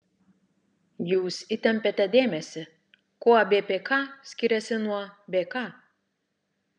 jūs įtempiate dėmesį kuo bpk skiriasi nuo bk